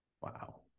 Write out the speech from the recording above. Wow